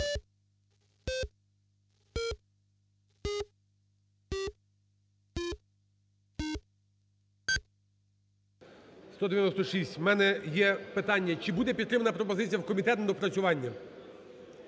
За-196 У мене є питання. Чи буде підтримана пропозиція в комітет на доопрацювання?